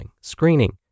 screening